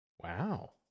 Wow